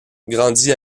grandit